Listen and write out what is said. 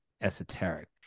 esoteric